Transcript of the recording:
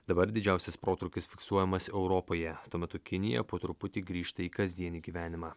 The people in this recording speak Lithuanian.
dabar didžiausias protrūkis fiksuojamas europoje tuo metu kinija po truputį grįžta į kasdienį gyvenimą